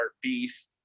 beef